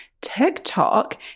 TikTok